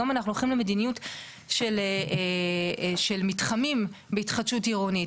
היום אנחנו הולכים למדיניות של מתחמים בהתחדשות עירונית.